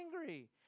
angry